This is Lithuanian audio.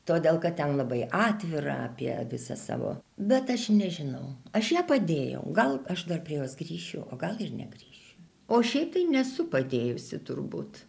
todėl kad ten labai atvira apie visą savo bet aš nežinau aš ją padėjau gal aš dar prie jos grįšiu o gal ir negrįšiu o šiaip nesu padėjusi turbūt